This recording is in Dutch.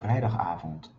vrijdagavond